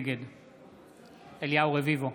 גלעד קריב,